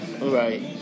right